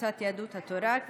קבוצת יהדות התורה,